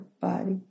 body